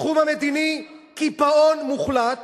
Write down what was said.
בתחום המדיני, קיפאון מוחלט